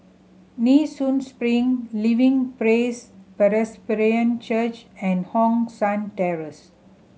Nee Soon Spring Living Praise Presbyterian Church and Hong San Terrace